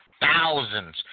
thousands